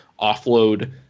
offload